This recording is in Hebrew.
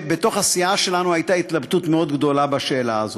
בתוך הסיעה שלנו הייתה התלבטות מאוד גדולה בשאלה הזאת.